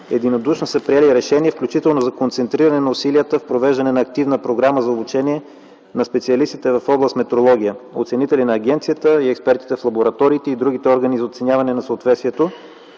единодушно са приели решение, включително за концентриране на усилията в провеждане на активна програма за обучение на специалистите в област метрология – оценители на агенцията и експертите в лабораториите и другите органи за оценяване на съответствието,